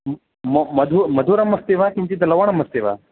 मं मधु मधुरम् अस्ति वा किञ्चित् लवणम् अस्ति वा